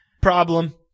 Problem